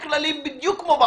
הנתונים לעשות בדיקה כזאת.